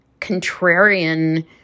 contrarian